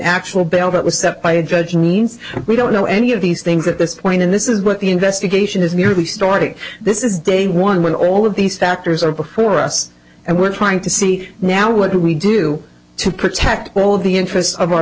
actual bill that was set by a judge means we don't you know any of these things at this point in this is what the investigation is merely starting this is day one when all of these factors are before us and we're trying to see now what do we do to protect all of the interests of our